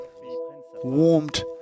warmed